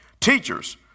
Teachers